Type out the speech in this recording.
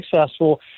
successful